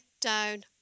down